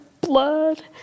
blood